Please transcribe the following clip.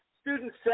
students